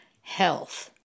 health